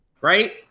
right